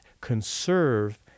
conserve